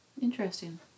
interesting